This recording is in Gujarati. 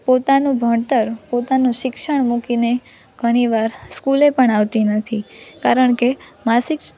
પોતાનું ભણતર પોતાનું શિક્ષણ મૂકીને ઘણીવાર સ્કૂલે પણ આવતી નથી કારણ કે માસિક